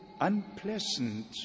unpleasant